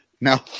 no